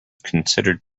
considered